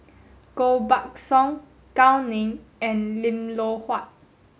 Koh Buck Song Gao Ning and Lim Loh Huat